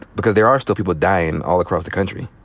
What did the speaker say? because there are still people dying all across the country.